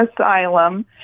asylum